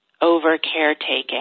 over-caretaking